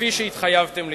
כפי שהתחייבתם להיות.